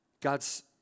God's